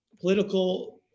political